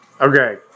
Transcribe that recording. Okay